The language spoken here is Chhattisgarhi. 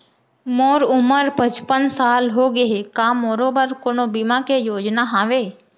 मोर उमर पचपन साल होगे हे, का मोरो बर कोनो बीमा के योजना हावे?